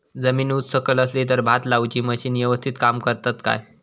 जमीन उच सकल असली तर भात लाऊची मशीना यवस्तीत काम करतत काय?